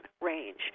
range